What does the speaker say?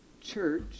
church